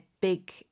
big